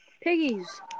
Piggies